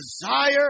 desire